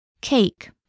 Cake